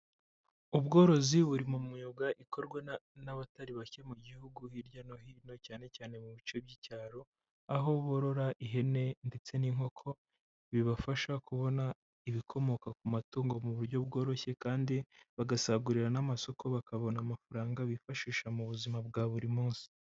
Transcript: Ubworozi buri mu myuga ikorwa n'abatari bake mu gihugu hirya no hino, cyane cyane mu bice by'icyaro, aho borora ihene ndetse n'inkoko, bibafasha kubona ibikomoka ku matungo mu buryo bworoshye kandi bagasagurira n'amasoko, bakabona amafaranga bifashisha mu buzima bwa buri munsi.